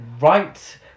right